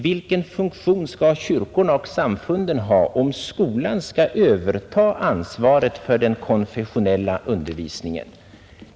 Vilken funktion skall kyrkorna och samfunden ha om skolan skall övertaga ansvaret för den konfessionella undervisningen?